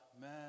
man